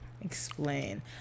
explain